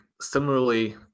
similarly